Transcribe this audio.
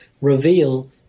reveal